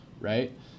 right